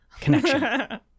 Connection